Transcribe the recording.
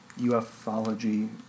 ufology